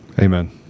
Amen